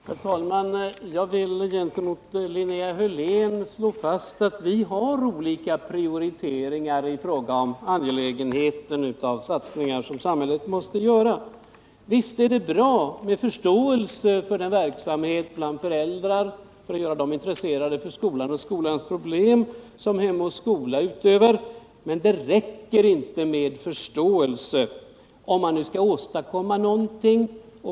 Herr talman! Jag vill gentemot Linnea Hörlén slå fast att vi har olika prioriteringar i fråga om angelägenheten av satsningar som samhället måste göra. Visst är det bra med förståelse för den verksamhet för att göra föräldrar intresserade för skolan och dess problem som Hem och Skola utövar, men det räcker inte med förståelse om man skall åtstadkomma någonting.